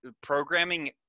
programming